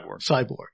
Cyborg